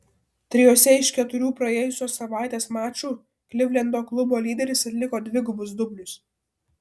trijuose iš keturių praėjusios savaitės mačų klivlendo klubo lyderis atliko dvigubus dublius